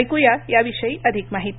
ऐकू या याविषयी अधिक माहिती